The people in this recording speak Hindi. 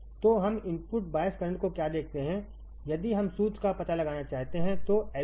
तो हम इनपुट बायस करंट को क्या देखते हैं यदि हम सूत्र का पता लगाना चाहते हैं तो Ib